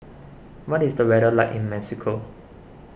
what is the weather like in Mexico